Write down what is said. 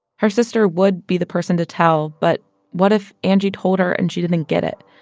her sister would be the person to tell, but what if angie told her and she didn't get it?